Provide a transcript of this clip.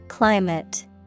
Climate